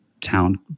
town